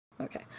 Okay